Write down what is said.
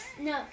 No